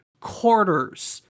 quarters